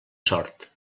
sort